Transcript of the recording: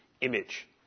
Image